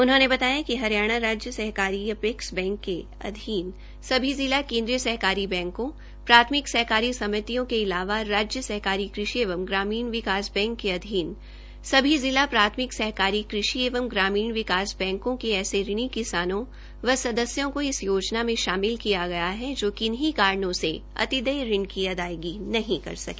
उन्होंने बताया कि हरियाणा राज्य सहकारी अपैक्स बैंक के अधीन सभी जिला केन्द्रीय सहकारी बैंकों प्राथमिक सहकारी समितियों के अलावा राज्य सहकारी कृषि एवं ग्रामीण विकास बैंक के अधीन सभी जिला प्राथमिक सहकारी कृषि एवं ग्रामीण विकास बैंकों के ऐसे ऋणी किसानों व सदस्यों को इस योजना में शामिल किया गया है जो किन्हीं कारणों से अतिदेय ऋण की अदायगी नहीं कर सके